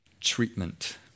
treatment